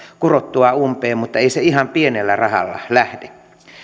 kurottua umpeen mutta ei se ihan pienellä rahalla lähde